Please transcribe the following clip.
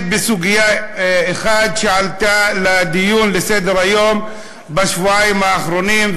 בסוגיה אחת שעלתה על סדר-היום בשבועיים האחרונים,